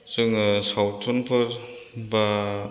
जोङो सावथुनफोर बा